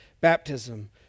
Baptism